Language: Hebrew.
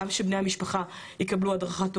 גם שבני המשפחה יקבלו הדרכת הורים,